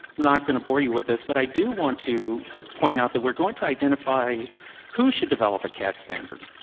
like going to bore you with this, but i do want to point out that we're going to identify who should develop a cad standard.